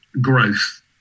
growth